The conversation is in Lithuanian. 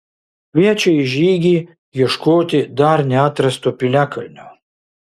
kviečia į žygį ieškoti dar neatrasto piliakalnio